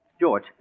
George